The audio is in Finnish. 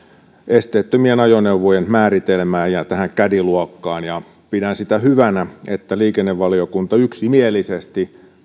esteettömien ajoneuvojen määritelmään ja tähän caddy luokkaan pidän hyvänä sitä että liikennevaliokunta yksimielisesti